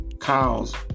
Cows